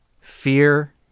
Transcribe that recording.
fear